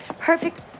perfect